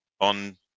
on